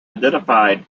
identified